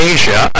Asia